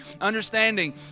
understanding